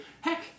heck